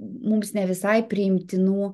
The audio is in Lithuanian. mums ne visai priimtinų